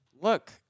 look